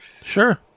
Sure